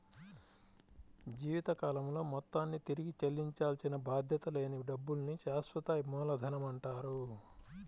జీవితకాలంలో మొత్తాన్ని తిరిగి చెల్లించాల్సిన బాధ్యత లేని డబ్బుల్ని శాశ్వత మూలధనమంటారు